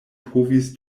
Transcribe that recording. povis